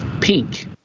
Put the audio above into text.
pink